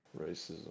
Racism